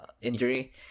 injury